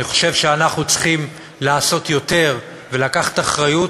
אני חושב שאנחנו צריכים לעשות יותר, ולקחת אחריות